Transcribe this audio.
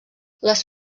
les